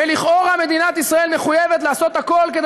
ולכאורה מדינת ישראל מחויבת לעשות הכול כדי